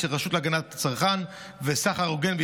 להציג את הצעת חוק.